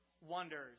wonders